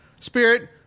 Spirit